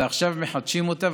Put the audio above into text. ועכשיו מחדשים אותה,